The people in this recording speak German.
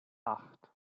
acht